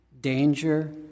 danger